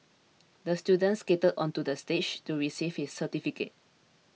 the student skated onto the stage to receive his certificate